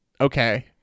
okay